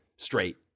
straight